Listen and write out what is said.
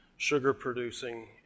sugar-producing